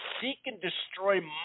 seek-and-destroy